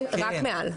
כן, רק מעל.